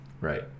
Right